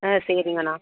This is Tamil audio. ஆ சரிங்கண்ணா